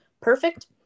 perfect